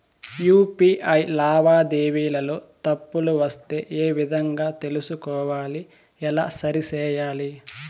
UPI లావాదేవీలలో తప్పులు వస్తే ఏ విధంగా తెలుసుకోవాలి? ఎలా సరిసేయాలి?